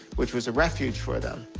which was a refuge for them.